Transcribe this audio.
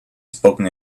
spoken